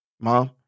mom